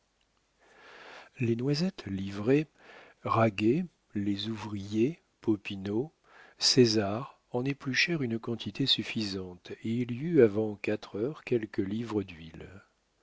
les noisettes livrées raguet les ouvriers popinot césar en épluchèrent une quantité suffisante et il y eut avant quatre heures quelques livres d'huile